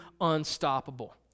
unstoppable